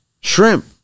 shrimp